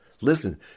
listen